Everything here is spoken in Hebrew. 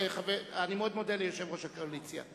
אני מאוד מודה ליושב-ראש הקואליציה.